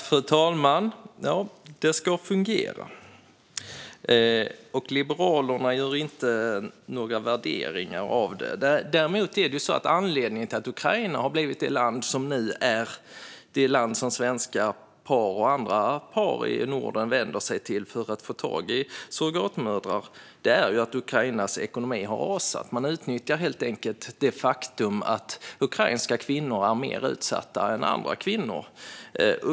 Fru talman! Det ska fungera, och Liberalerna gör inte några värderingar av det. Anledningen till att Ukraina har blivit det land som nu är det land som svenska par och andra par i Norden vänder sig till för att få tag i surrogatmödrar är att Ukrainas ekonomi har rasat. Man utnyttjar helt enkelt det faktum att ukrainska kvinnor är mer utsatta än andra kvinnor.